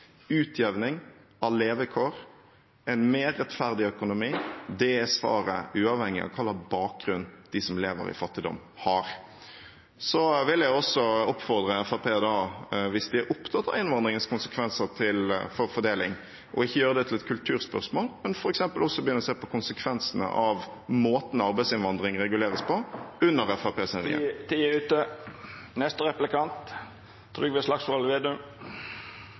utjevning av levekår og en mer rettferdig økonomi. Det er svaret uavhengig av hva slags bakgrunn de som lever i fattigdom, har. Jeg vil også oppfordre Fremskrittspartiet, hvis de er opptatt av innvandringens konsekvenser ved forfordeling, til ikke å gjøre det til et kulturspørsmål, men f.eks. også begynne å se på konsekvensene av måten arbeidsinnvandring reguleres på